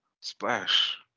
splash